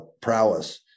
Prowess